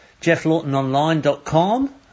jefflawtononline.com